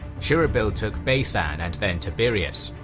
shurahbil took baisan and then tiberias.